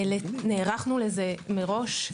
נערכנו לזה מראש.